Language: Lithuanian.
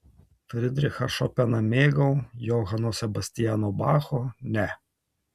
fridrichą šopeną mėgau johano sebastiano bacho ne